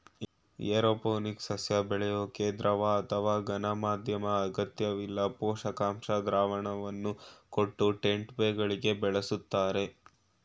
aeroponics ಸಸ್ಯ ಬೆಳ್ಯೋಕೆ ದ್ರವ ಅಥವಾ ಘನ ಮಾಧ್ಯಮ ಅಗತ್ಯವಿಲ್ಲ ಪೋಷಕಾಂಶ ದ್ರಾವಣವನ್ನು ಕೊಟ್ಟು ಟೆಂಟ್ಬೆಗಳಲ್ಲಿ ಬೆಳಿಸ್ತರೆ